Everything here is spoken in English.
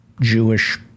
Jewish